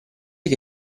che